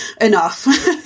enough